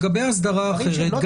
לגבי אסדרה אחרת,